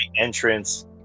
entrance